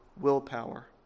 willpower